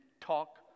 talk